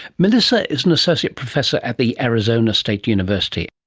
melissa is an associate professor at the arizona state university